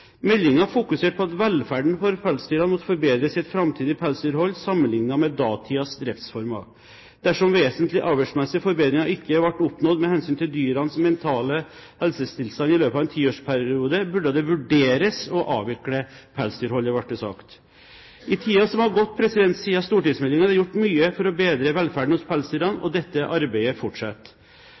fokuserte på at velferden for pelsdyrene måtte forbedres i et framtidig pelsdyrhold sammenlignet med datidens driftsformer. Dersom vesentlige avlsmessige forbedringer ikke ble oppnådd med hensyn til dyrenes mentale helsetilstand i løpet av en tiårsperiode, burde det vurderes å avvikle pelsdyrholdet, ble det sagt. I tiden som har gått siden stortingsmeldingen, er det gjort mye for å bedre velferden hos pelsdyrene, og dette arbeidet fortsetter.